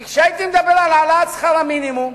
כי כשהייתי מדבר על העלאת שכר המינימום,